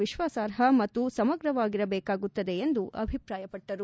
ವಿಶ್ವಾಸಾರ್ಹ ಮತ್ತು ಸಮಗ್ರವಾಗಿರಬೇಕಾಗುತ್ತದೆ ಎಂದು ಅಭಿಪ್ರಾಯಪಟ್ಟರು